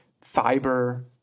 fiber